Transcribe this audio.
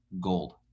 gold